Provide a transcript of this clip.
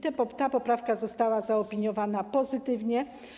Ta poprawka została zaopiniowana pozytywnie.